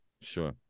Sure